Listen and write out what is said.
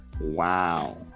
Wow